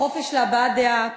החופש להבעת דעה,